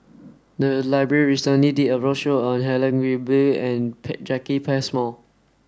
the library recently did a roadshow on Helen Gilbey and Jacki Passmore